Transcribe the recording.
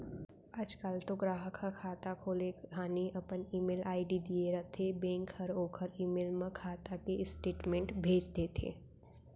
आज काल तो गराहक ह खाता खोले घानी अपन ईमेल आईडी दिए रथें बेंक हर ओकर ईमेल म खाता के स्टेटमेंट भेज देथे